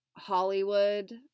Hollywood